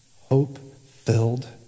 hope-filled